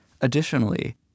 Additionally